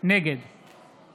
נגד